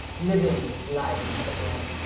living life again.